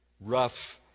rough